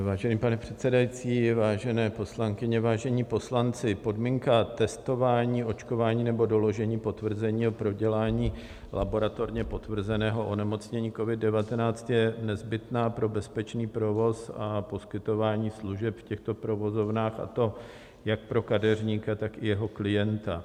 Vážený pane předsedající, vážené poslankyně, vážení poslanci, podmínka testování, očkování nebo doložení potvrzení o prodělání laboratorně potvrzeného onemocnění COVID19 je nezbytná pro bezpečný provoz a poskytování služeb v těchto provozovnách, a to jak pro kadeřníka, tak i jeho klienta.